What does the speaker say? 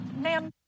Ma'am